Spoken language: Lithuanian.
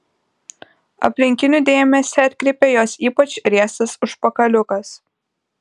aplinkinių dėmesį atkreipė jos ypač riestas užpakaliukas